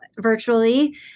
virtually